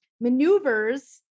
maneuvers